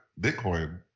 Bitcoin